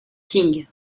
qing